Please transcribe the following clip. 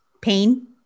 Pain